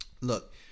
look